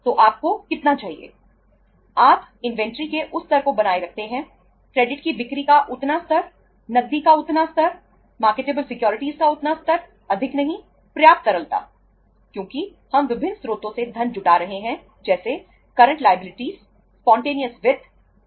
तो आपको कितना चाहिए